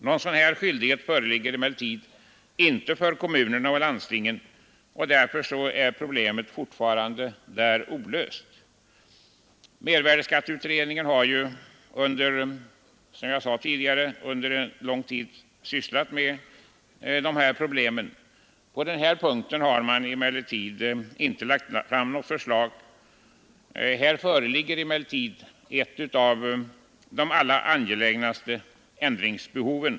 Någon sådan skyldighet föreligger emellertid inte för kommunerna och landstingen, och därför är problemet vad beträffar dessa fortfarande olöst. Mervärdeskatteutredningen har ju, som jag sade tidigare, under lång tid sysslat med dessa problem, men den har inte lagt fram några förslag för att lösa dem. På denna punkt föreligger emellertid ett av de allra angelägnaste ändringsbehoven.